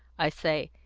i say,